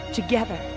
Together